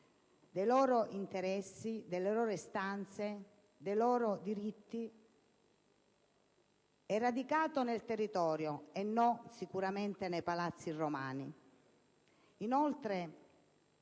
dei loro interessi, delle loro istanze, dei loro diritti, e deve essere radicato nel territorio e non - sicuramente - nei palazzi romani. Inoltre,